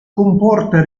comporta